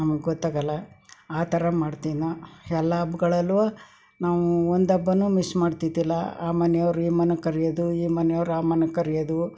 ನಮಗೆ ಗೊತ್ತಾಗೋಲ್ಲ ಆ ಥರ ಮಾಡ್ತೀವಿ ನಾವು ಎಲ್ಲ ಹಬ್ಬಗಳಲ್ಲೂ ನಾವು ಒಂದು ಹಬ್ಬನೂ ಮಿಸ್ ಮಾಡ್ತಿದ್ದಿಲ್ಲ ಆ ಮನೆಯವರು ಈ ಮನೆ ಕರಿಯೋದು ಈ ಮನೆಯವರು ಆ ಮನೆ ಕರೆಯೋದು